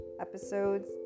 Episodes